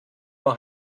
know